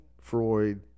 Freud